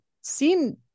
seen